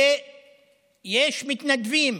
ויש מתנדבים,